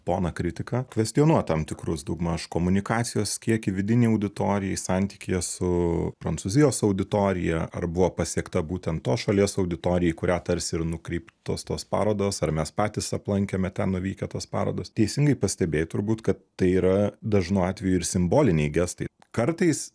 poną kritiką kvestionuot tam tikrus daugmaž komunikacijos kiekį vidinei auditorijai santykyje su prancūzijos auditorija ar buvo pasiekta būtent tos šalies auditorija į kurią tarsi ir nukreiptos tos parodos ar mes patys aplankėme ten nuvykę tas parodas teisingai pastebėjai turbūt kad tai yra dažnu atveju ir simboliniai gestai kartais